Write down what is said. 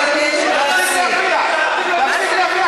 חבר הכנסת עודד פורר, די.